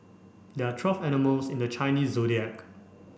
there're twelve animals in the Chinese Zodiac